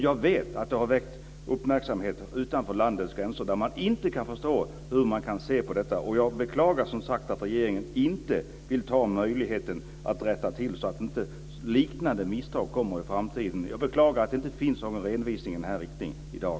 Jag vet att det har väckt uppmärksamhet utanför landets gränser, där man inte kan förstå hur myndigheter kan göra denna bedömning. Jag beklagar som sagt att regeringen inte vill använda sig av möjligheten att rätta till detta, så att inte liknande misstag kommer i framtiden. Jag beklagar att det inte finns någon redovisning i den riktningen i dag.